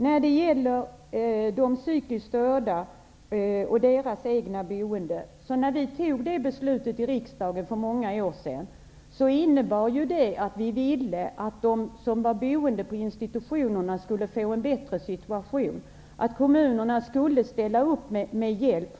När vi för många år sedan i riksdagen fattade beslut om de psykiskt störda och eget boende, ville vi att de människor som bodde på institutionerna skulle få en bättre situation och att kommunerna skulle ställa upp med hjälp.